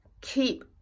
keep